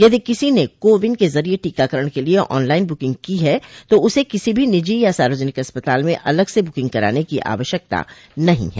यदि किसी ने को विन के जरिए टीकाकरण के लिए ऑनलाइन ब्रुकिंग की है तो उसे किसी भी निजी या सार्वजनिक अस्पताल में अलग से ब्रकिंग कराने की आवश्यकता नहीं है